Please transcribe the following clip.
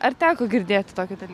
ar teko girdėti tokį daly